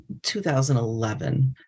2011